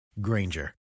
Granger